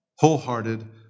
wholehearted